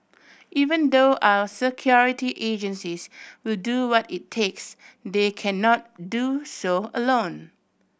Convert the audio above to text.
even though our security agencies will do what it takes they cannot do so alone